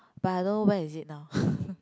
but I don't know where is it now